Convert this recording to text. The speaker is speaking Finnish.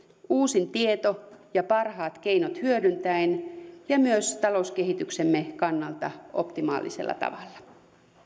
uusin tieto ja parhaat keinot hyödyntäen ja myös talouskehityksemme kannalta optimaalisella tavalla